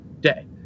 day